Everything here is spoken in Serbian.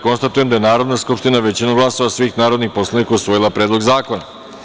Konstatujem da je Narodna skupština, većinom glasova svih narodnih poslanika, usvojila Predlog zakona.